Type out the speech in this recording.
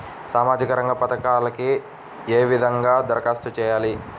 సామాజిక రంగ పథకాలకీ ఏ విధంగా ధరఖాస్తు చేయాలి?